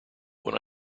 when